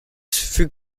fut